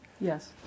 Yes